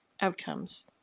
outcomes